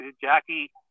Jackie